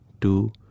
two